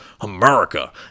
America